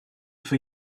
for